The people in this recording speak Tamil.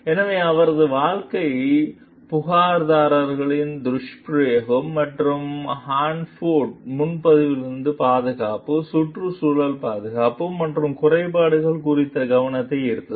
எனவே அவரது வழக்கு புகார்தாரர்களின் துஷ்பிரயோகம் மற்றும் ஹான்போர்ட் முன்பதிவில் பாதுகாப்பு சுற்றுச்சூழல் பாதுகாப்பு மற்றும் குறைபாடுகள் குறித்து கவனத்தை ஈர்த்தது